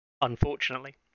unfortunately